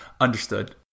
Understood